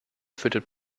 füttert